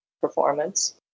performance